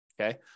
okay